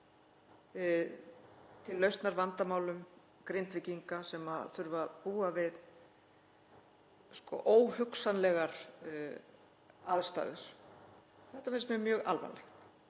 til lausnar vandamálum Grindvíkinga sem þurfa að búa við óhugsanlegar aðstæður. Þetta finnst mér mjög alvarlegt